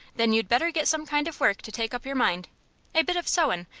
then you'd better get some kind of work to take up your mind a bit of sewin',